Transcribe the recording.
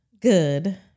good